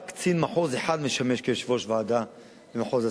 רק קצין מחוז אחד משמש כיושב-ראש ועדה במחוז הצפון.